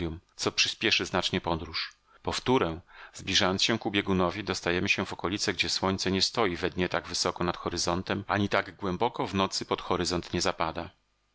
co przyspieszy znacznie podróż powtóre zbliżając się ku biegunowi dostajemy się w okolice gdzie słońce nie stoi we dnie tak wysoko nad horyzontem ani tak głęboko w nocy pod horyzont nie zapada